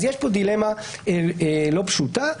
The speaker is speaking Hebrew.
אז יש פה דילמה לא פשוטה.